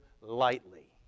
lightly